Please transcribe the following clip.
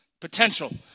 potential